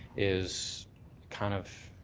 is kind of